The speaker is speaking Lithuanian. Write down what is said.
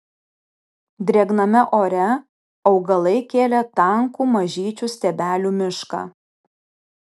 drėgname ore augalai kėlė tankų mažyčių stiebelių mišką